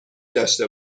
داشته